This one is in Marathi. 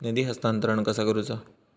निधी हस्तांतरण कसा करुचा?